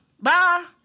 Bye